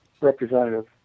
Representative